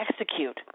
execute